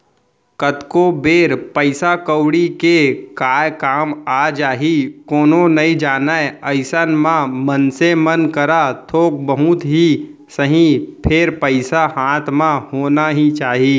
कतको बेर पइसा कउड़ी के काय काम आ जाही कोनो नइ जानय अइसन म मनसे मन करा थोक बहुत ही सही फेर पइसा हाथ म होना ही चाही